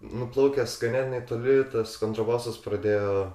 nuplaukęs ganėtinai toli tas kontrabosas pradėjo